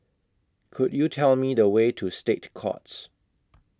Could YOU Tell Me The Way to State Courts